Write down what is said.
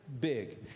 big